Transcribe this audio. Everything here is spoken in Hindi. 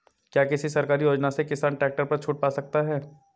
क्या किसी सरकारी योजना से किसान ट्रैक्टर पर छूट पा सकता है?